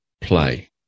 Play